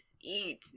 Eat